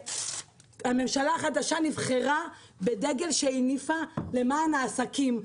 והממשלה החדשה נבחרה בדגל שהניפה למען העסקים,